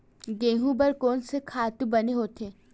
गेहूं बर कोन से खातु बने होथे?